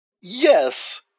yes